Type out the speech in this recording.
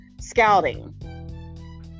scouting